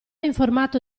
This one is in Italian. informato